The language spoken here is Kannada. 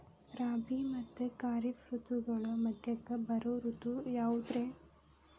ರಾಬಿ ಮತ್ತ ಖಾರಿಫ್ ಋತುಗಳ ಮಧ್ಯಕ್ಕ ಬರೋ ಋತು ಯಾವುದ್ರೇ?